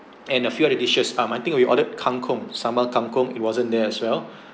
and a few other dishes ah I think we ordered kangkong sambal kangkong it wasn't there as well